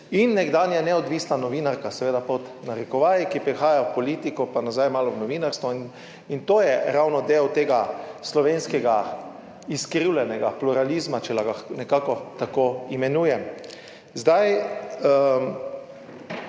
in nekdanja neodvisna novinarka seveda pod narekovaji, ki prihaja v politiko, pa nazaj malo v novinarstvo in to je ravno del tega slovenskega izkrivljenega pluralizma, če lahko nekako tako imenujem.